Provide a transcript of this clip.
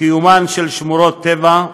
קיום שמורות טבע,